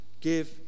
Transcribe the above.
give